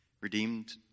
redeemed